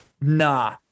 Nah